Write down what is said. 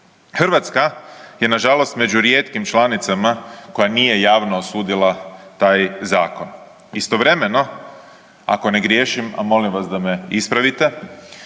Hrvatska je nažalost među rijetkim članicama koja nije javno osudila taj zakon. Istovremeno ako ne griješim, a molim vas da me ispravite,